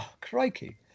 Crikey